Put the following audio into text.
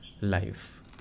life